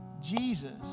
Jesus